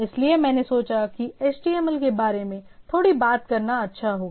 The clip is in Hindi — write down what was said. इसलिए मैंने सोचा कि HTML के बारे में थोड़ी बात करना अच्छा होगा